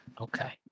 okay